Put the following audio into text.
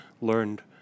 learned